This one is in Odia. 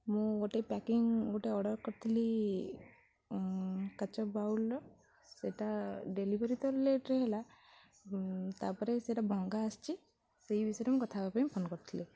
ମୁଁ ଗୋଟେ ପ୍ୟାକିଂ ଗୋଟେ ଅର୍ଡ଼ର୍ କରିଥିଲି କାଚ ବୱଲ୍ର ସେଟା ଡେଲିଭରି ତ ଲେଟ୍ରେ ହେଲା ତା'ପରେ ସେଇଟା ଭଙ୍ଗା ଆସିଛି ସେଇ ବିଷୟରେ ମୁଁ କଥା ହେବା ପାଇଁ ଫୋନ୍ କରିଥିଲି